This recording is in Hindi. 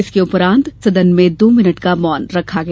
इसके उपरांत सदन में दो मिनट का मौन रखा गया